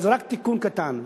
אז רק תיקון קטן.